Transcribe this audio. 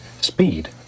Speed